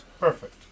Perfect